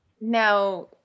Now –